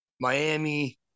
Miami